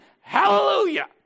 Hallelujah